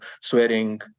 swearing